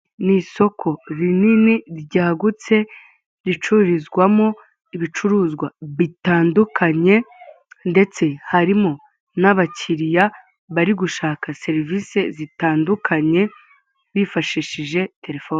Ni isoko rinini ryagutse ricururizwamo ibicuruzwa bitandukanye ndetse harimo n'abakiriya bari gushaka serivise zitandukanye bifashishije telefone.